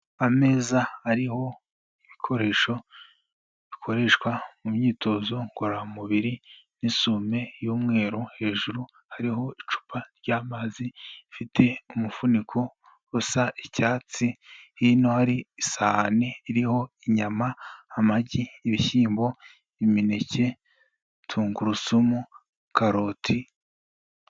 Ameza ariho ibikoresho bikoreshwa mu myitozo ngororamubiri n'isume y'umweru, hejuru hariho icupa ry'amazi rifite umufuniko usa icyatsi, hino hari isahani iriho inyama, amagi, ibishyimbo, imineke, tungurusumu, karoti...